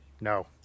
No